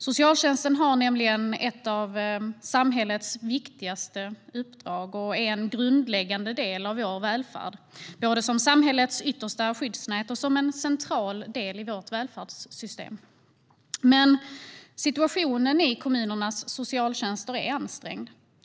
Socialtjänsten har nämligen ett av samhällets viktigaste uppdrag och är en grundläggande del av vår välfärd, både som samhällets yttersta skyddsnät och som en central del i vårt välfärdssystem. Men situationen i kommunernas socialtjänster är ansträngd.